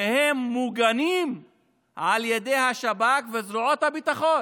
שהם מוגנים על ידי השב"כ וזרועות הביטחון.